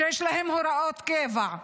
שיש להם הוראות קבע?